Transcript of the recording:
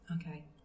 okay